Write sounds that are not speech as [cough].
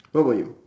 [noise] what about you